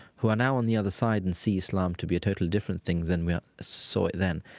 who are now on the other side and sees islam to be a totally different thing than we saw it then.